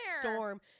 storm